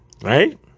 right